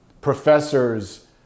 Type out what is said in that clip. professors